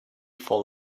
for